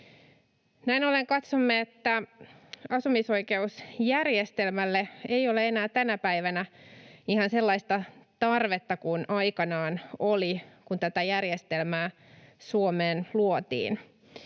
Näin ollen katsomme, että asumisoikeusjärjestelmälle ei ole enää tänä päivänä ihan sellaista tarvetta kuin aikanaan oli, kun tätä järjestelmää Suomeen luotiin.